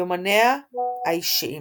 יומניה האישיים